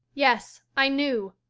yes i knew.